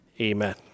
Amen